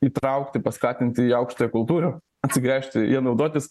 įtraukti paskatinti į aukštąją kultūrą atsigręžti ir naudotis